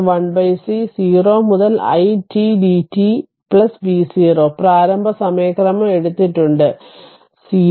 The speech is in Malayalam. ഇത് 1c 0 മുതൽ t idt v0 പ്രാരംഭ സമയക്രമംഎടുത്തിട്ടുണ്ട്0